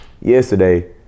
Yesterday